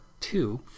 Two